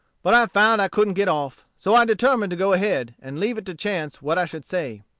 but i found i couldn't get off. so i determined to go ahead, and leave it to chance what i should say.